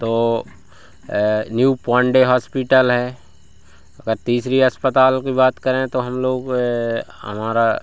तो new Pandey hospital है अगर तीसरी अस्पताल की बात करें तो हम लोग ए हमारा